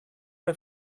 ein